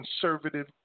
conservative